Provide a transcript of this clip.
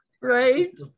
Right